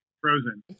frozen